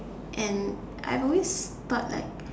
and I've always though that